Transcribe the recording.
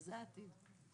וזה העתיד.